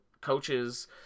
coaches